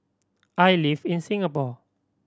I live in Singapore